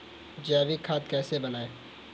जैविक खाद कैसे बनाएँ?